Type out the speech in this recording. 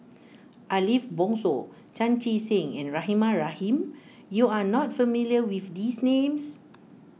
Ariff Bongso Chan Chee Seng and Rahimah Rahim you are not familiar with these names